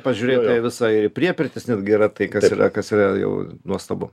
pažiūrėt tai visai ir įpriepirtis netgi yra tai kas yra kas yra jau nuostabu